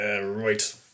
Right